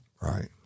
Right